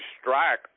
strike